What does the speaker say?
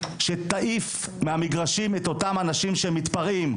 שתעיף מהמגרשים את אותם אנשים שמתפרעים.